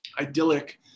idyllic